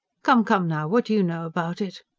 come, come, now, what do you know about it?